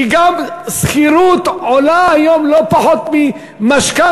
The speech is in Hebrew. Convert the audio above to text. כי גם שכירות עולה היום לא פחות ממשכנתה,